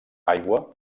aigua